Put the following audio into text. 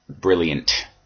brilliant